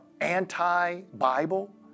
anti-Bible